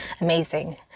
amazing